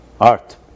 art